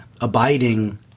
abiding